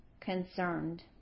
concerned